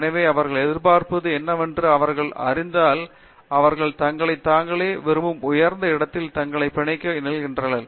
எனவே அவர்கள் எதிர்பார்ப்பது என்னவென்று அவர்கள் அறிந்தால் அவர்கள் தங்களைத் தாங்களே விரும்பும் உயர்ந்த இடத்தில் தங்களைப் பிணைக்க முயல்கிறார்கள்